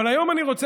אבל היום אני רוצה,